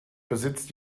besitzt